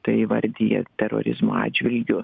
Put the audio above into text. tai įvardija terorizmo atžvilgiu